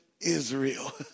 Israel